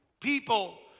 People